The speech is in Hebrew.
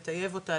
לטייב אותה,